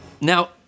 Now